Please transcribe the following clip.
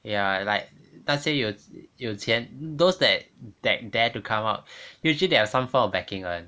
ya like 那些有几有钱 those that that dare to come up usually there are some form of backing [one]